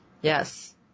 Yes